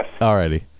Alrighty